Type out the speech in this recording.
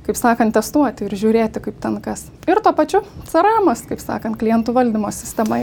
kaip sakant testuoti ir žiūrėti kaip ten kas ir tuo pačiu crmas kaip sakant klientų valdymo sistema